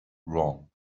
wrong